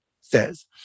says